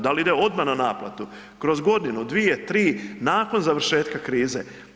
Dal ide odmah na naplatu, kroz godinu, dvije, tri, nakon završetka krize?